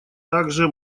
также